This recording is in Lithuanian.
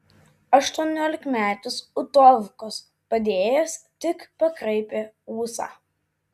aštuoniolikmetis utovkos padėjėjas tik pakraipė ūsą